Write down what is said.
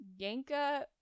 Yanka